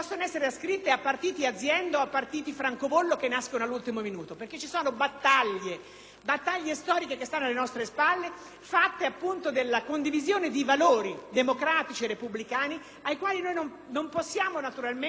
battaglie storiche che stanno alle nostre spalle fatte della condivisione di valori democratici e repubblicani ai quali non possiamo naturalmente non fare più riferimento. Noi vogliamo continuare ad essere noi stessi, vogliamo partecipare